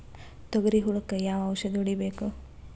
ತೊಗರಿ ಹುಳಕ ಯಾವ ಔಷಧಿ ಹೋಡಿಬೇಕು?